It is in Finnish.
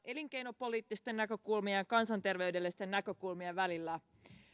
elinkeinopoliittisten näkökulmien ja ja kansanterveydellisten näkökulmien välillä